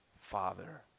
Father